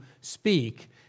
speak